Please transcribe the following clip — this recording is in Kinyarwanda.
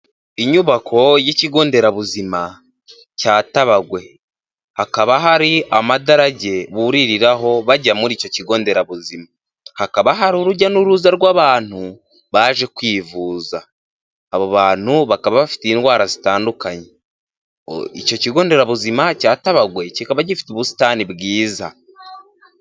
Inyubako y'ikigo nderabuzima cya Tabagwe hakaba hari amadarage buririraho bajya muri icyo kigo nderabuzima, hakaba hari urujya n'uruza rw'abantu baje kwivuza. Abo bantu bakaba bafite indwara zitandukanye, icyo kigo nderabuzima cya Tabagowe kikaba gifite ubusitani bwiza.